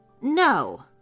No